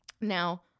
Now